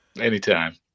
anytime